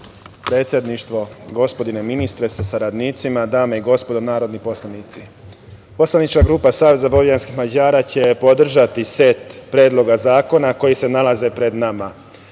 predsedništvo, gospodine ministre sa saradnicima, dame i gospodo narodni poslanici, poslanička grupa Saveza vojvođanskih Mađara će podržati set predloga zakona koji se nalaze pred nama. Ja